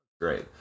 Great